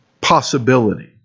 possibility